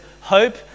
hope